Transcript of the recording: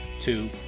two